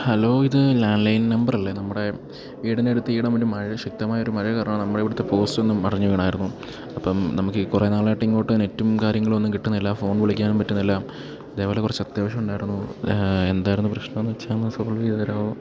hello ഇത് landline നമ്പറല്ലേ നമ്മുടെ വീടിനടുത്ത് ഈയിടെ മഴ ശക്തമായൊരു മഴ കാരണം നമ്മളിവിടുത്തെ പോസ്റ്റ് ഒന്ന് മറിഞ്ഞ് വീണായിരുന്നു അപ്പം നമുക്ക് ഈ കുറേ നാളായിട്ടിങ്ങോട്ട് നെറ്റും കാര്യങ്ങളൊന്നും കിട്ടുന്നില്ല ഫോൺ വിളിക്കാനും പറ്റുന്നില്ല അതേപോലെ കുറച്ച് അത്യാവശ്യം ഉണ്ടായിരുന്നു എന്തായിരുന്നു പ്രശ്നം എന്ന് വെച്ചാൽ ഒന്ന് സോൾവ് ചെയ്ത് തരാമോ